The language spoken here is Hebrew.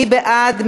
מי בעד?